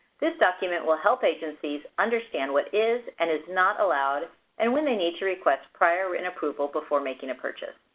this document will help agencies understand what is and is not allowed and when they need to request prior written approval before making a purchase.